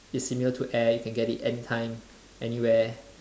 it's similar to air you can get it any time anywhere